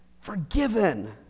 Forgiven